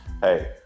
hey